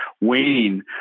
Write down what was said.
waning